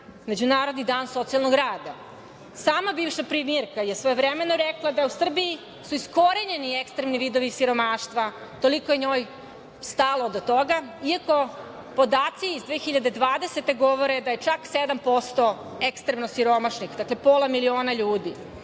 Međunarodni dan socijalnog rada. Sama bivša premijerka je svojevremeno rekla da su u Srbiji iskorenjeni ekstremni vidovi siromaštva. Toliko je njoj stalo do toga, iako podaci iz 2020. govore da je čak 7% ekstremno siromašnih. Dakle, to je pola miliona ljudi.